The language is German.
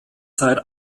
zeit